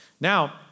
Now